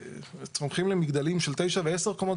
שסמוכים למגדלים של 9 ו-10 קומות,